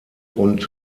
und